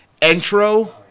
intro